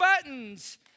buttons